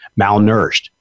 malnourished